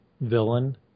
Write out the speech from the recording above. villain